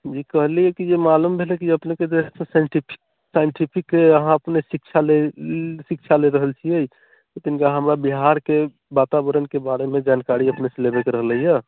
जी कहलिए कि जे मालूम भेलै कि अपनेँके जे साइन्टिफिकके अहाँ अपनेँ शिक्षा लऽ रहल छिए लेकिन जे हमरा बिहारके वातावरणके बारेमे जानकारी अपनेसँ लेबैके रहलैहँ